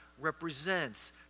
represents